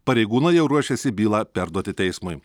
pareigūnai jau ruošiasi bylą perduoti teismui